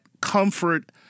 comfort